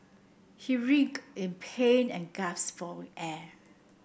he writhed in pain and gasped for air